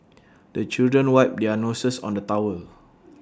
the children wipe their noses on the towel